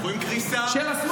רואים קריסה של השקל,